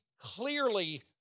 clearly